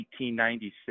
1896